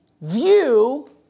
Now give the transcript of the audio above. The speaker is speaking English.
view